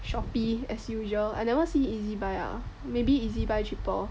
Shopee as usual I never see Ezbuy ah maybe Ezbuy cheaper